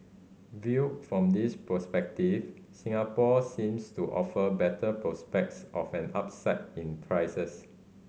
viewed from this perspective Singapore seems to offer better prospects of an upside in prices